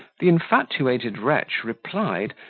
the infatuated wretch replied,